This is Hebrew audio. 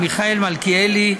מיכאלי מלכיאלי,